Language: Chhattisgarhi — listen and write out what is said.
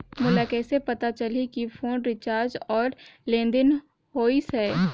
मोला कइसे पता चलही की फोन रिचार्ज और लेनदेन होइस हे?